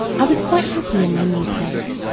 i was quite happy in my new place,